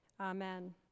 Amen